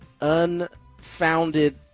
unfounded